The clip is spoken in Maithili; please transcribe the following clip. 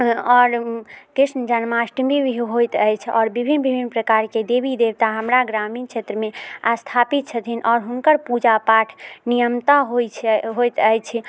आओर कृष्ण जन्माष्टमी भी होइत अछि आओर विभिन्न विभिन्न प्रकारके देवी देवता हमरा ग्रामीण क्षेत्रमे स्थापित छथिन आओर हुनकर पूजा पाठ नियमतः होइत छै होइत अछि